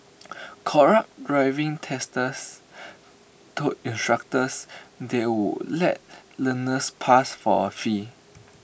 corrupt driving testers told instructors they would let learners pass for A fee